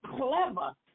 clever